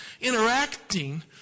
interacting